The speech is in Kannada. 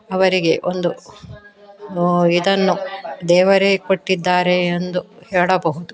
ಅವರಿಗೆ ಒಂದು ಇದನ್ನು ದೇವರೇ ಕೊಟ್ಟಿದ್ದಾರೆ ಎಂದು ಹೇಳಬಹುದು